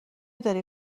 داری